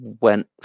went